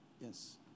Yes